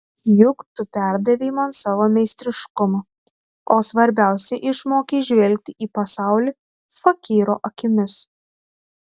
juk tu perdavei man savo meistriškumą o svarbiausia išmokei žvelgti į pasaulį fakyro akimis